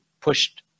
pushed